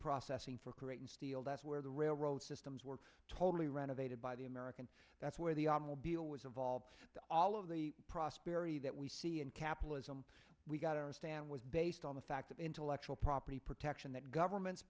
processing for creating steel that's where the railroad systems were totally renovated by the american that's where the automobile was involved all of the prosperity that we see in capitalism we got our stand was based on the fact of intellectual property protection that government's